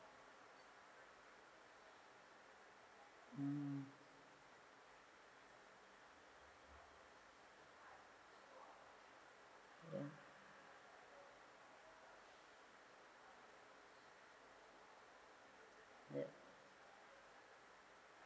mm is it